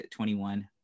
21